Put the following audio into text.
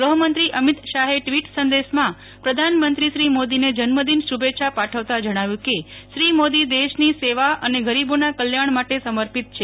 ગૃહમંત્રી અમિત શાહે ટ્વીટ સંદેશમાં પ્રધાનમંત્રી શ્રી મોદીને જન્મ દિન શુભેચ્છા પાઠવતા જણાવ્યું કે શ્રી મોદી દેશની સેવા અને ગરીબોના કલ્યાણ માટે સમર્પિત છે